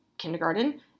kindergarten